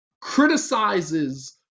criticizes